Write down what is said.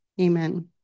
Amen